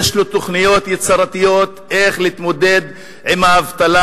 יש לו תוכניות יצירתיות איך להתמודד עם האבטלה